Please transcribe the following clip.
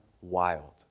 wild